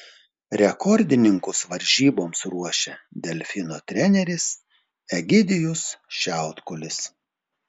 rekordininkus varžyboms ruošia delfino treneris egidijus šiautkulis